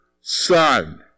son